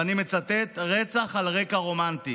ואני מצטט: רצח על רקע רומנטי.